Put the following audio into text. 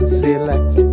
select